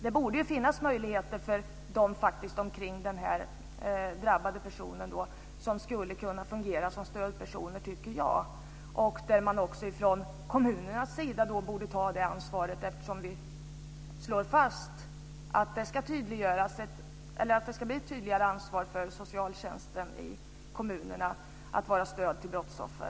Det borde finnas möjlighet för dem omkring den drabbade personen. De skulle kunna fungera som stödpersoner, tycker jag. Kommunerna borde ta det ansvaret eftersom vi slår fast att det ska bli ett tydligare ansvar för socialtjänsten i kommunerna att vara stöd till brottsoffer.